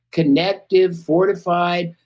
connective, fortified,